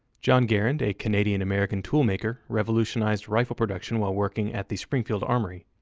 john garand, a canadian-american toolmaker, revolutionized rifle production while working at the springfield armory,